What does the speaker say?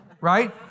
Right